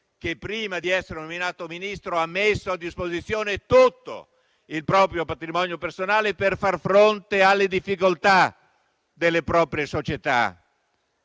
che prima di essere nominato tale ha messo a disposizione tutto il proprio patrimonio personale per far fronte alle difficoltà delle proprie società.